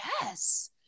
yes